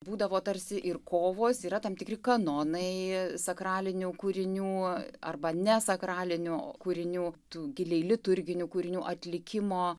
būdavo tarsi ir kovos yra tam tikri kanonai sakralinių kūrinių arba ne sakralinių kūrinių tų giliai liturginių kūrinių atlikimo